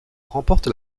remporte